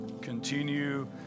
continue